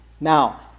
now